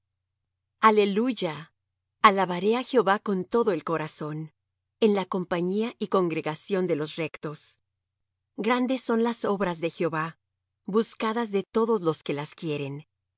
aleluya alabaré á jehová con todo el corazón en la compañía y congregación de los rectos grandes son las obras de jehová buscadas de todos los que las quieren